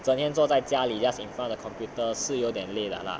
整天坐在家里 just in front of computer 是有点累的啦